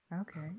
Okay